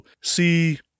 see